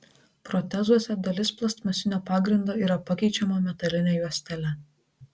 protezuose dalis plastmasinio pagrindo yra pakeičiama metaline juostele